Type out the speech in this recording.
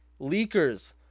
leakers